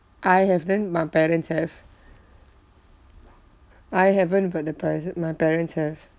I have then my parents have I haven't but the pare~ my parents have